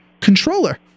controller